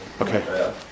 Okay